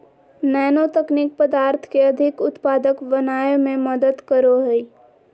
nano तकनीक पदार्थ के अधिक उत्पादक बनावय में मदद करो हइ